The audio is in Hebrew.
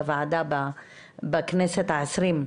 בוועדה בכנסת ה-20,